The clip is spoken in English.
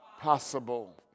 possible